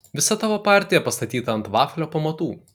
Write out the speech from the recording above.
visa tavo partija pastatyta ant vaflio pamatų